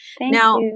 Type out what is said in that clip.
Now